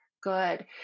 good